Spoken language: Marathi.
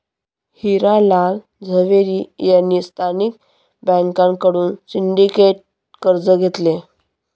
हिरा लाल झवेरी यांनी स्थानिक बँकांकडून सिंडिकेट कर्ज घेतले